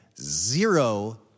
zero